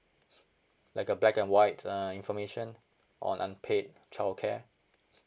like a black and white uh information on unpaid childcare